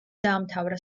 დაამთავრა